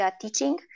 teaching